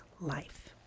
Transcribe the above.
life